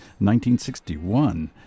1961